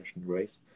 race